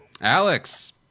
Alex